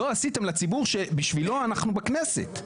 לא עשיתם לציבור שבשבילו אנחנו בכנסת.